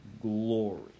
glory